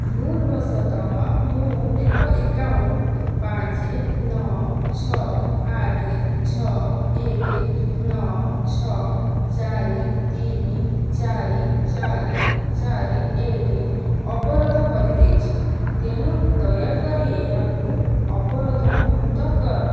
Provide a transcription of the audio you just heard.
ଭୁଲବଶତଃ ମୁଁ ଏକ ଆକାଉଣ୍ଟ ପାଞ୍ଚ ନଅ ଛଅ ଆଠ ଛଅ ଏକ ନଅ ଛଅ ଚାରି ତିନି ଚାରି ଚାରି ଚାରି ଏକେ ଅବରୋଧ କରିଦେଇଛି ତେଣୁ ଦୟାକରି ଏହାକୁ ଅବରୋଧମୁକ୍ତ କର